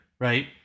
right